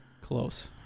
close